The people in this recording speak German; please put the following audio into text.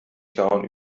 clown